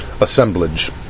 assemblage